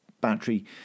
battery